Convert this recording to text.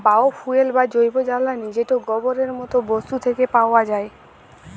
bio fuel বা জৈব জ্বালালী যেট গোবরের মত বস্তু থ্যাকে পাউয়া যায়